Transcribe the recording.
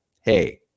hey